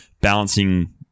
balancing